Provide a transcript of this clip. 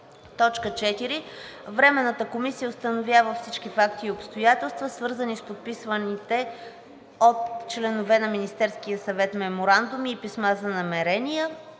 … 4. Временната комисия установява всички факти и обстоятелства, свързани с подписаните от членове на Министерския съвет меморандуми и писма за намерения